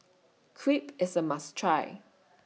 Crepe IS A must Try